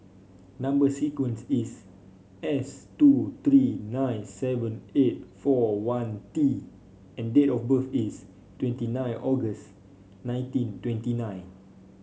number sequence is S two three nine seven eight four one T and date of birth is twenty nine August nineteen twenty nine